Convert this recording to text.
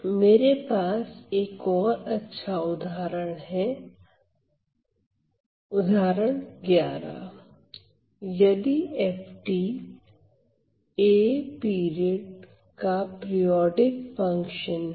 मेरे पास एक और अच्छा उदाहरण है उदाहरण यदि f a पीरियड का पिरियोडिक फंक्शन है